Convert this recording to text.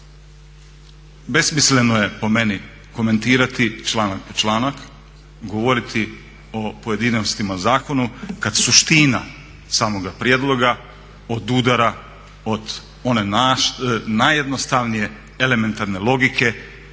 besmisleno je po meni komentirati članak po članak, govoriti o pojedinostima u zakonu kada suština samoga prijedloga odudara od one najjednostavnije elementarne logike